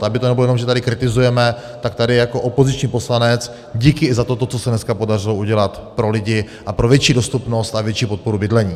Aby to nebylo jenom že tady kritizujeme, tak tady jako opoziční poslanec díky i za toto, co se dneska podařilo udělat pro lidi a pro větší dostupnost a větší podporu bydlení.